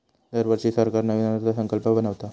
दरवर्षी सरकार नवीन अर्थसंकल्प बनवता